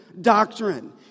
doctrine